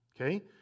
Okay